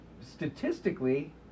statistically